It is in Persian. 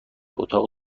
اتاق